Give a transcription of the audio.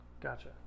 Gotcha